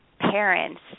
parents